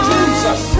Jesus